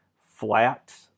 flat